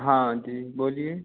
हाँ जी बोलिए